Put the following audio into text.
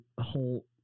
whole